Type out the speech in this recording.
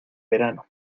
verano